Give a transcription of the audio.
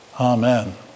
Amen